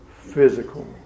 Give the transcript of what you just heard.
physical